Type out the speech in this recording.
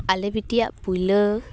ᱟᱞᱮ ᱵᱤᱴᱤᱭᱟᱜ ᱯᱩᱭᱞᱟᱹ